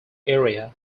area